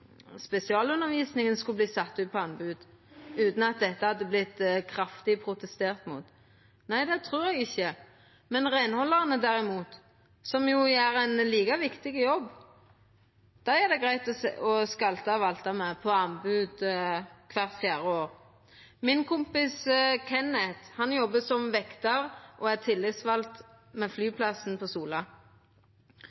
spesialundervisninga hadde vorte sett ut på anbod utan at ein hadde protestert kraftig? Det trur eg ikkje, men reinhaldarane derimot, som gjer ein like viktig jobb, dei er det greitt å skalta og valta med og setja ut på anbod kvart fjerde år. Kompisen min Kenneth jobbar som vektar og er